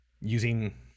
using